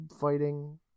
fighting